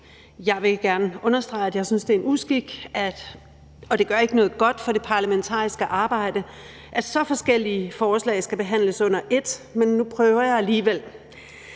Jeg vil gerne understrege, at jeg synes, det er en uskik, og at det ikke gør noget godt for det parlamentariske arbejde, at så forskellige forslag skal behandles under ét, men nu prøver jeg alligevel.